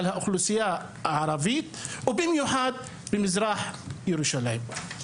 על האוכלוסייה הערבית ובמיוחד במזרח ירושלים.